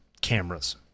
cameras